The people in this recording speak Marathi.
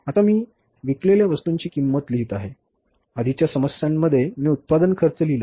आता मी विकलेल्या वस्तूंची किंमत लिहित आहे आधीच्या समस्येमध्ये मी उत्पादन खर्च लिहिला